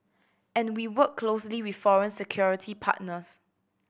and we work closely with foreign security partners